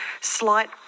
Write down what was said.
slight